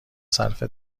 صرف